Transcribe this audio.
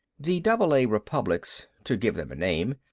the double-a republics, to give them a name,